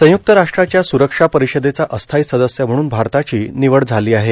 संयुक्त राष्ट्रांच्या सुरक्षा परिषदेचा अस्थायी सदस्य म्हणून भारताची निवड झाली आहे